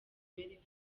mibereho